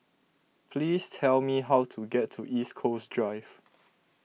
please tell me how to get to East Coast Drive